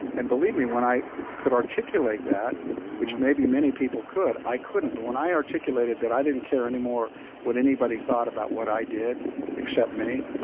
and believe me, when i could articulate that which maybe many people could i couldn't but when i articulated that i didn't care anymore about what anybody thought about what i did except me,